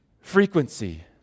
Frequency